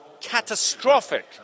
catastrophic